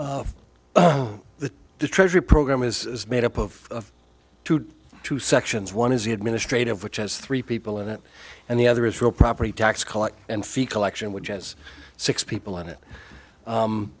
chair the treasury program is made up of two sections one is the administrative which has three people in it and the other is real property tax collecting and fee collection which has six people on it